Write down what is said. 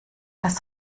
das